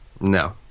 no